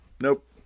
Nope